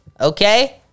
Okay